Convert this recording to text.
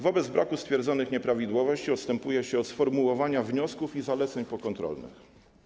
Wobec braku stwierdzonych nieprawidłowości odstępuje się od sformułowania wniosków i zaleceń pokontrolnych.